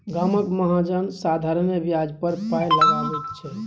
गामक महाजन साधारणे ब्याज पर पाय लगाबैत छै